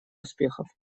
успехов